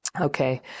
Okay